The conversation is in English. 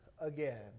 Again